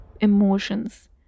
emotions